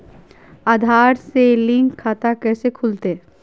आधार से लिंक खाता कैसे खुलते?